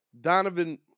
Donovan